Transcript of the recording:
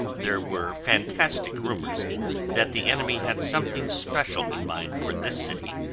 there were fantastic rumors that the enemy had something special in mind for this city,